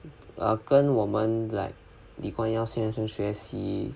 err 跟我们 like 李光耀先生学习